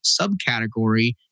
subcategory